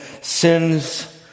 sins